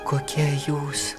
kokia jūs